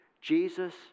Jesus